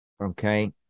Okay